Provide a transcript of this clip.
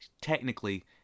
technically